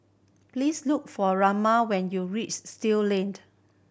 please look for Roma when you reach Still Lane